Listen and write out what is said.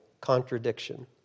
contradiction